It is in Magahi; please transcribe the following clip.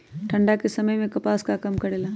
ठंडा के समय मे कपास का काम करेला?